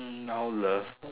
now love